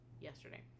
yesterday